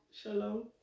Shalom